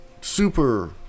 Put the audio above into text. super